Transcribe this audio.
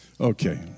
Okay